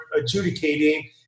adjudicating